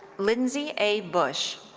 lindsey a. bush.